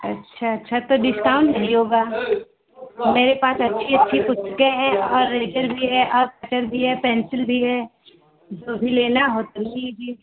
अच्छा अच्छा तो डिस्काउंट भी होगा मेरे पास मेरे पास अच्छी अच्छी पुस्तकें हैं और एरेजर भी है आ कटर भी है पेंसिल भी है कभी लेना हो तो ले लीजिए